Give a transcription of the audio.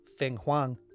Fenghuang